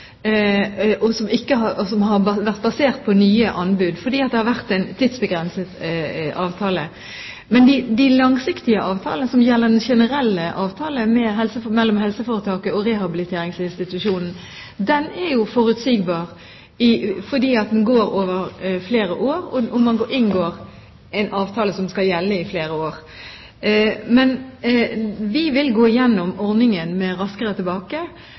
og som har vært basert på nye anbud, fordi det har vært en tidsbegrenset avtale. Men den generelle avtalen mellom helseforetaket og rehabiliteringsinstitusjonen er jo forutsigbar, fordi den går over flere år; man inngår en avtale som skal gjelde i flere år. Vi vil gå igjennom ordningen Raskere tilbake,